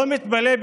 לא מתפלא,